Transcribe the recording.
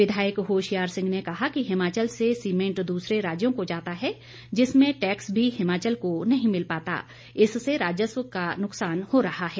विधायक होशियार सिंह ने कहा कि हिमाचल से सीमेंट दूसरे राज्यों को जाता है जिसमें टैक्स भी हिमाचल को नहीं मिल पाता इससे राजस्व का नुकसान हो रहा हैं